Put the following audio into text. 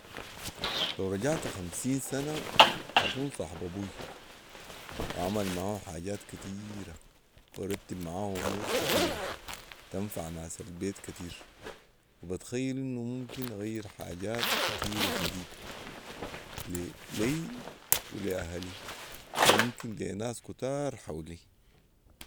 لو رجعت خمسين سنه حاكون صاحب ابوي واعمل معاه حاجات كتييره وارتب معاه امور كتيره تنفع ناس البيت كتير وبتخيل انه ممكن اغير حاجات كتيره شديد لي ولاهلي وممكن لي ناس كتار حولي